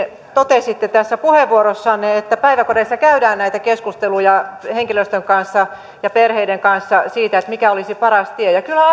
totesitte itsekin puheenvuorossanne että päiväkodeissa käydään näitä keskusteluja henkilöstön kanssa ja perheiden kanssa siitä mikä olisi paras tie kyllä